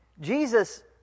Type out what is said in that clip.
Jesus